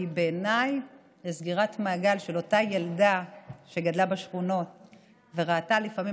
כי בעיניי זאת סגירת מעגל של אותה ילדה שגדלה בשכונות וראתה לפעמים